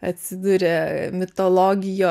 atsiduria mitologijo